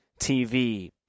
TV